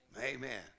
Amen